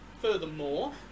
Furthermore